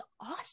awesome